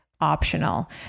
optional